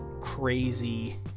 crazy